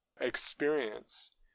experience